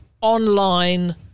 online